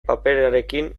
paperarekin